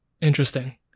interesting